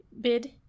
bid